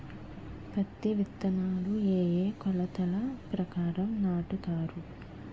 పత్తి విత్తనాలు ఏ ఏ కొలతల ప్రకారం నాటుతారు?